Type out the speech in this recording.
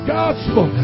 gospel